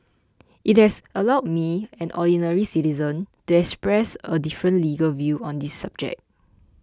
it has allowed me an ordinary citizen to express a different legal view on this subject